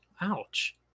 ouch